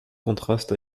contraste